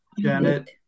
Janet